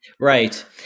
Right